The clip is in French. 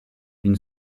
une